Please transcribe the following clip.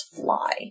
Fly